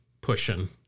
pushing